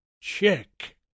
CHECK